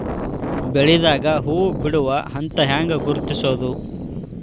ಬೆಳಿದಾಗ ಹೂ ಬಿಡುವ ಹಂತ ಹ್ಯಾಂಗ್ ಗುರುತಿಸೋದು?